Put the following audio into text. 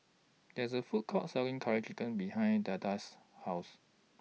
There IS A Food Court Selling Curry Chicken behind Deetta's House